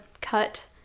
cut